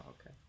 okay